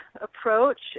approach